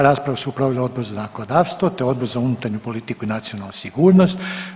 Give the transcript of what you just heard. Raspravu su proveli Odbor za zakonodavstvo, te Odbor za unutarnju politiku i nacionalnu sigurnost.